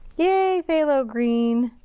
yay, phthalo green!